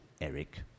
Eric